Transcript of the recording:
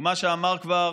ומה שאמר כבר